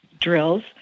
drills